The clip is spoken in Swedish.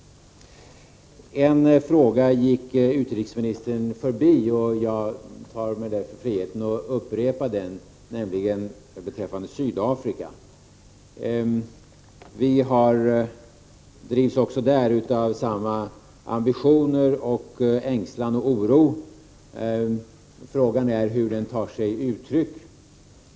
En fråga gick utrikesministern förbi, och jag tar mig därför friheten att upprepa den. Också beträffande Sydafrika drivs vi av samma ambitioner och ängslan och oro. Frågan är hur det tar sig uttryck.